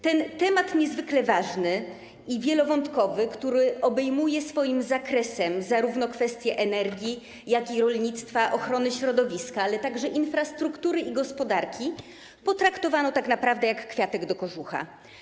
Ten niezwykle ważny i wielowątkowy temat, który obejmuje swoim zakresem zarówno kwestie energii, jak i rolnictwa, ochrony środowiska, a także infrastruktury i gospodarki, potraktowano tak naprawdę jak kwiatek do kożucha.